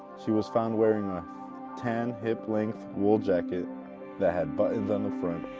she was found wearing a tan hip length wool jacket that had buttons on the front,